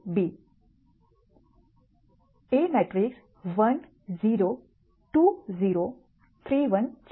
A matrix 1 0 2 0 3 1 છે